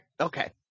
Okay